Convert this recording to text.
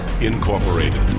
Incorporated